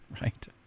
Right